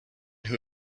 who